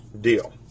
deal